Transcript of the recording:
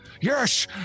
Yes